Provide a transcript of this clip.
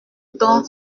ton